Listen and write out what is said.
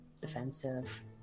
defensive